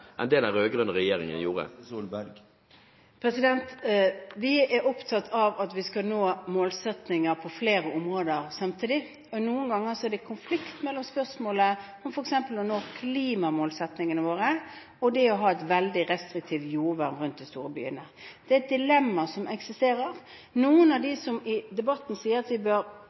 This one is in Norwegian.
enn det den rød-grønne regjeringen gjorde? Vi er opptatt av at vi skal nå målsettinger på flere områder samtidig, og noen ganger er det konflikt mellom spørsmål – f.eks. mellom det å nå klimamålsettingene våre og det å ha et veldig restriktivt jordvern rundt de store byene. Det er et dilemma som eksisterer. Noen av dem som i debatten sier at vi bør